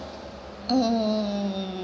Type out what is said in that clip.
mm